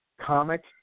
comic